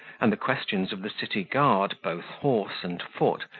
and the questions of the city-guard, both horse and foot,